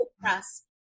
press